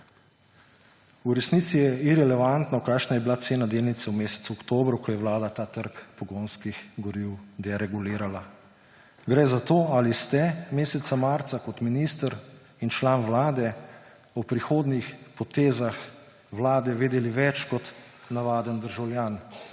V resnici je irelevantno, kakšna je bila cena delnice v mesecu oktobru, ko je vlada ta trg pogonskih goriv deregulirala. Gre za to, ali ste meseca marca kot minister in član vlade o prihodnjih potezah vlade vedeli več kot navaden državljan